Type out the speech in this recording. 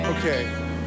Okay